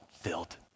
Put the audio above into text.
filled